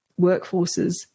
workforces